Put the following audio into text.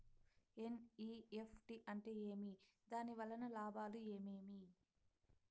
NEFT అంటే ఏమి? దాని వలన లాభాలు ఏమేమి